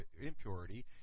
impurity